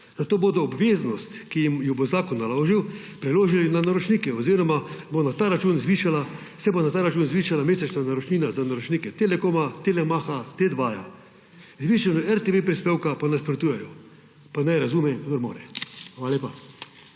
Zato bodo obveznost, ki jim jo bo zakon naložil, preložili na naročnike oziroma se bo na ta račun zvišala mesečna naročnina za naročnike Telekoma, Telemacha, T2. Zvišanju RTV prispevka pa nasprotujejo. Pa naj razume, kdor more. Hvala lepa.